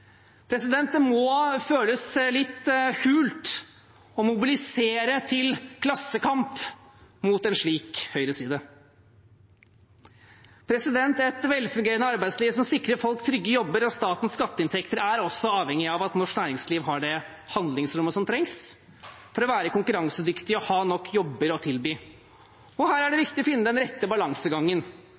Det må føles litt hult å mobilisere til klassekamp mot en slik høyreside. Et velfungerende arbeidsliv som sikrer folk trygge jobber og staten skatteinntekter, er også avhengig av at norsk næringsliv har det handlingsrommet som trengs for å være konkurransedyktig og ha nok jobber å tilby. Her er det viktig å finne den rette balansegangen,